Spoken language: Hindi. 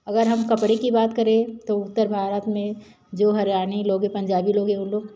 अगर हम कपड़े की बात करें तो उत्तर भारत में जो हरियाणवी लोग पंजाबी लोग वह लोग